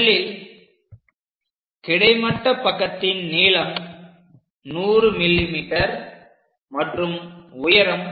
முதலில் கிடைமட்ட பக்கத்தின் நீளம் 100 mm மற்றும் உயரம்